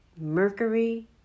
Mercury